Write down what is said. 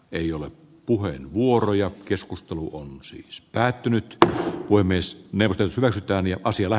ei ole puheenvuoroja keskustelu on siis päätynyt voi myös niiltä vältytään joko sillä